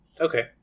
Okay